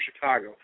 Chicago